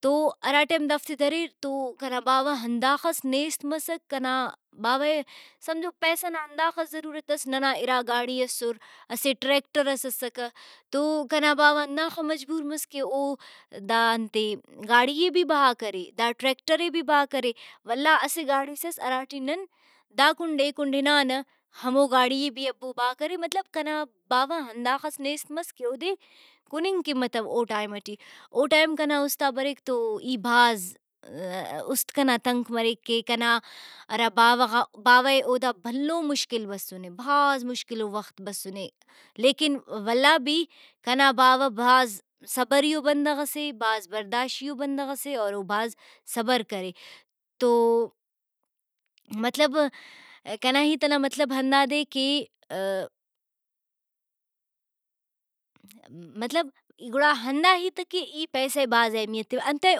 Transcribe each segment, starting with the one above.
تو ہرا ٹیم دافتے دریر تو کنا باوہ ہندا خس نیست کنا باوہ ئے سمجھو پیسہ نا ہنداخس ضرورت اس ننا اِرا گاڈی اسر اسٹ ٹریکٹر ئس اسکہ تو کنا باوہ ہنداخہ مجبور مس کہ او دا انتے گاڈی ئے بھی بہا کرے دا ٹریکٹر ئے بھی بہا کرے ولدا اسہ گاڈیس اس ہرا ٹی نن دا کنڈ اے کنڈ ہنانہ ہمو گاڈی ئے بھی ابوبہا کرے مطلب کنا باوہ ہنداخس نیست مس کہ اودے کُننگ کہ متو او ٹائم ٹی ۔او ٹائم کنا اُستا بریک تو ای بھاز اُست کنا تنک مریک کہ کنا ہرا باوہ غا باوہ اے اودا بھلو مشکل بسنے بھاز مشکلو وخت بسنے لیکن ولدا بھی کنا باوہ بھاز صبریئو بندغ سے بھاز برداشتیئو بندغ سے اور او بھاز صبر کرے۔ تو مطلب کنا ہیت ئنا مطلب ہندادے کہ مطلب گڑا ہندا ہیت کہ ای پیسہ ئے بھاز اہمیت تیوہ انتئے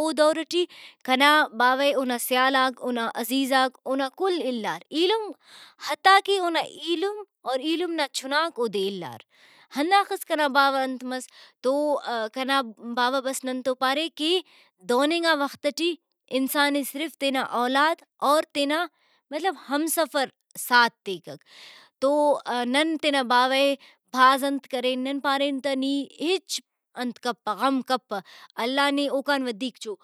او دور ٹی کنا باوہ ئے اونا سیالاکا اونا عزیزاک اونا کل اِلار ایلمک حتیٰ کہ اونا ایلم اور ایلم نا چُھناک اودے اِلار ہنداخس کنا باوہ انت مس تو کنا باوہ بس ننتو پارے کہ دہننگا وخت ٹی انسان ئے صرف تینا اولاد اور تینا مطلب ہمسفر ساتھ تیکک تو نن تینا باوہ ئے بھاز انت کرین نن پارین تہ نی ہچ انت کپہ غم کپہ اللہ نے اوکان ودھیک چو۔